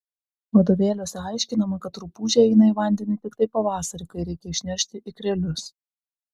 vadovėliuose aiškinama kad rupūžė eina į vandenį tiktai pavasarį kai reikia išneršti ikrelius